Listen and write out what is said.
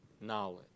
knowledge